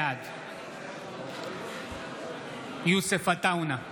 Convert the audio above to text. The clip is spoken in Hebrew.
בעד יוסף עטאונה,